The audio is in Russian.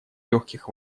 легких